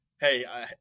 hey